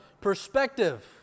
perspective